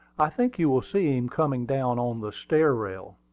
i think you will see him coming down on the stair-rail.